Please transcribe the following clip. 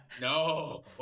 no